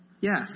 Yes